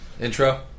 Intro